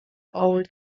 old